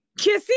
Kissy